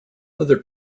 other